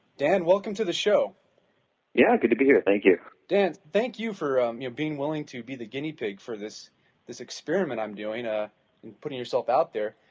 dan, welcome to the show yeah, good to be here. thank you dan, thank you for um your being willing to be the guinea pig for this this experiment i'm doing ah and putting yourself out there.